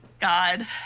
god